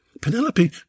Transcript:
Penelope